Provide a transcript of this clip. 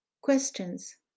Questions